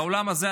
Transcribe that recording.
באולם הזה,